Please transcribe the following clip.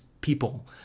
people